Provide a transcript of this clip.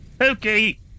Okay